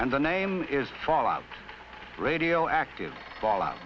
and the name is fall out radioactive fallout